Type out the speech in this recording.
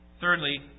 Thirdly